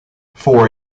four